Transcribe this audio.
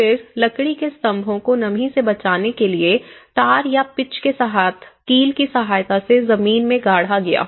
फिर लकड़ी के स्तंभों को नमी से बचाने के लिए टार या पिच के साथ कील की सहायता से जमीन में गाढ़ा जाता है